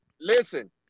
listen